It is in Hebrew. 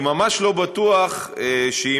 אני ממש לא בטוח שאם